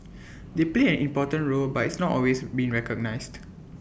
they played important role but it's not always been recognised